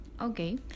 okay